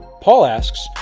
paul asks,